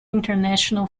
international